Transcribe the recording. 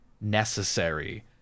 necessary